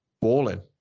balling